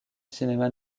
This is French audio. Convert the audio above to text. cinéma